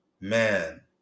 man